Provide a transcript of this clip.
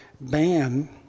ban